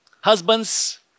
Husbands